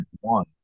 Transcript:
one